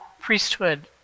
priesthood